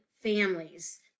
families